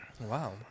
wow